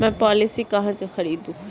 मैं पॉलिसी कहाँ से खरीदूं?